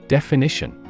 Definition